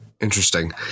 Interesting